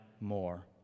more